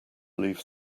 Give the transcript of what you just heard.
leave